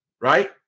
right